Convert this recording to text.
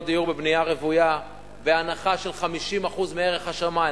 דיור בבנייה רוויה בהנחה של 50% מערך השמאי,